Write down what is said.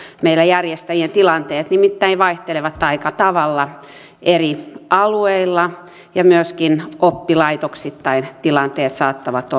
meillä järjestäjien tilanteet nimittäin vaihtelevat aika tavalla eri alueilla ja myöskin oppilaitoksittain tilanteet saattavat